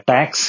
Tax